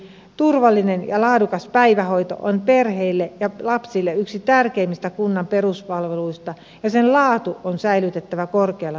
turvallinen ja laadukas päivähoito on perheille ja lapsille yksi tärkeimmistä kunnan peruspalveluista ja sen laatu on säilytettävä korkealla tasolla